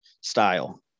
style